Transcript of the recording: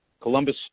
Columbus